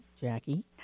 Jackie